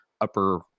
upper